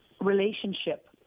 relationship